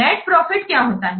net profit क्या होता है